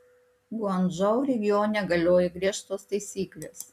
guangdžou regione galioja griežtos taisyklės